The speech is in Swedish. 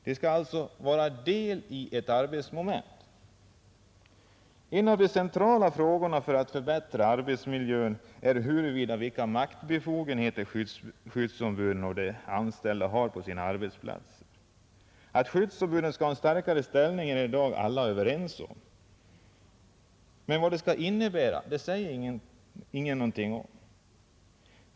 De skall alltså utgöra ett moment i arbetet. En av de centrala frågorna för att förbättra arbetsmiljön är vilka maktbefogenheter skyddsombuden och de anställda har på sina arbetsplatser. Att skyddsombuden skall ha en starkare ställning är i dag alla överens om, men vad det innebär säger ingen någonting om.